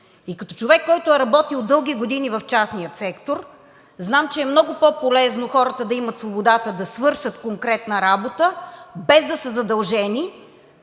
И като човек, който е работил дълги години в частния сектор, знам, че е много по-полезно хората да имат свободата да свършат конкретна работа, без да са задължени